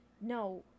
No